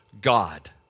God